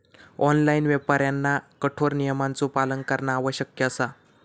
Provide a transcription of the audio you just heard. online व्यापाऱ्यांना कठोर नियमांचो पालन करणा आवश्यक असा